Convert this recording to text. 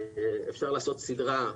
אפשר לעשות סדרה.